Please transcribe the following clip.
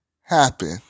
happen